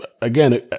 again